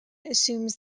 assumes